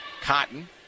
Cotton